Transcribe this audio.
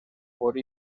por